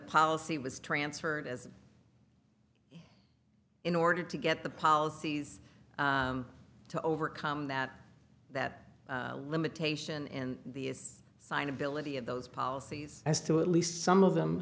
policy was transferred as in order to get the policies to overcome that that limitation and the sign ability of those policies as to at least some of them